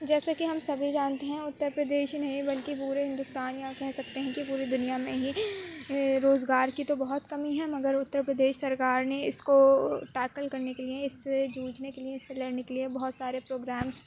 جیسا کہ ہم سبھی جانتے ہیں اتر پردیش ہی نہیں بلکہ پورے ہندوستان میں یا کہہ سکتے ہیں کہ پوری دنیا میں ہی روزگار کی تو بہت کمی ہے مگر اتر پردیش سرکار نے اس کو ٹیکل کرنے کے لیے اس سے جوجھنے کے لیے اس سے لڑنے کے لیے بہت سارے پروگرامس